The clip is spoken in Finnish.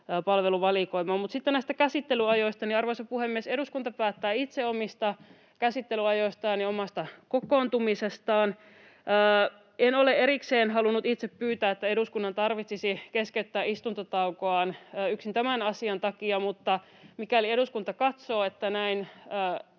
palveluvalikoimaa. Sitten näistä käsittelyajoista: Arvoisa puhemies, eduskunta päättää itse omista käsittelyajoistaan ja omasta kokoontumisestaan. En ole erikseen halunnut itse pyytää, että eduskunnan tarvitsisi keskeyttää istuntotaukoaan yksin tämän asian takia, mutta mikäli eduskunta katsoo, että näin